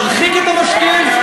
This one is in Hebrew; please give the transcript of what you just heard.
נרחיק את המשקיעים,